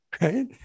right